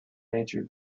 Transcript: nature